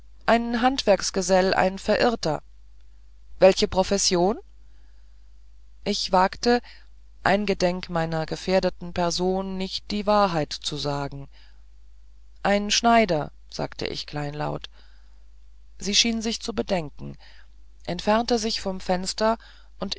ein handwerksgesell ein verirrter welche profession ich wagte eingedenk meiner gefährdeten person nicht die wahrheit zu sagen ein schneider sagt ich kleinlaut sie schien sich zu bedenken entfernte sich vom fenster und